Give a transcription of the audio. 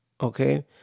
okay